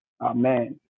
Amen